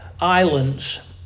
Islands